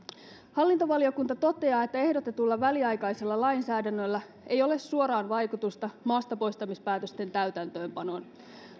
hallintovaliokunta toteaa että ehdotetulla väliaikaisella lainsäädännöllä ei ole suoraan vaikutusta maastapoistamispäätösten täytäntöönpanoon